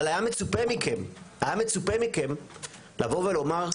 אבל היה מצופה מכם לבוא ולומר,